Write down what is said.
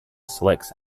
selects